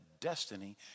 destiny